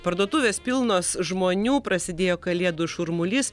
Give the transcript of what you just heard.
parduotuvės pilnos žmonių prasidėjo kalėdų šurmulys